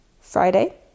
Friday